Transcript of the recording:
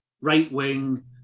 right-wing